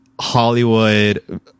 Hollywood